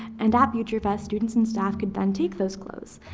and at future fest students and staff could then take those clothes.